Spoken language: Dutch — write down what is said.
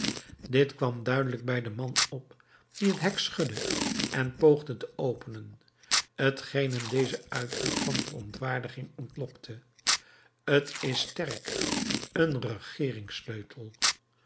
dit kwam duidelijk bij den man op die het hek schudde en poogde te openen t geen hem dezen uitroep van verontwaardiging ontlokte t is sterk een